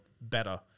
better